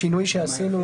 זה שינוי שעשינו.